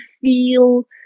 feel